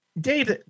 Dave